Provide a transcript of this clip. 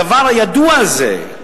הדבר הידוע הזה,